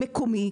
מקומי,